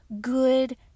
good